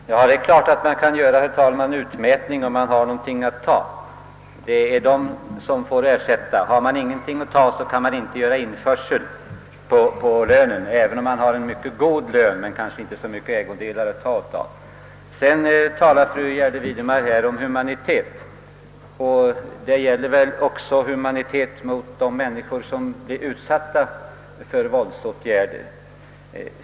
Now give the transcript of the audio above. Herr talman! Det är klart att man kan göra utmätning, om det finns någonting att ta. Då blir det ersättning. Finns det inte några ägodelar att utmäta, kan man inte göra införsel på lönen, även om denna är mycket god. Fru Gärde Widemar talade om humanitet — men humanitet bör väl också gälla människor som utsätts för våldsåtgärder.